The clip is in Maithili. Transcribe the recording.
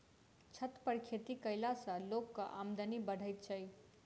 छत पर खेती कयला सॅ लोकक आमदनी बढ़ैत छै